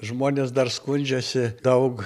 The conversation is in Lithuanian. žmonės dar skundžiasi daug